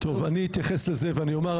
אני אתייחס לזה ואני אומר,